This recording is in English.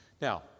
Now